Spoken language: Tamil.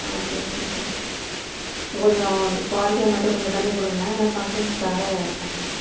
ஓகே ஓகே சார் கொஞ்சம் குவாலிட்டியாக மட்டும் கொஞ்சம் பண்ணி கொடுங்க ஏன்னா ஃபங்க்ஷன்க்காக பண்ணுறோம்